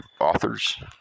authors